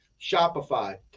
shopify